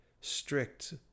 strict